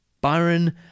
Byron